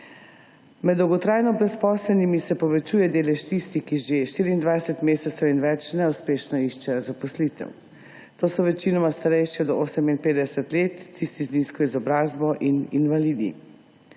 Med dolgotrajno brezposelnimi se povečuje delež tistih, ki že 24 mesecev in več neuspešno iščejo zaposlitev. To so večinoma starejši do 58 let, tisti z nizko izobrazbo in invalidi.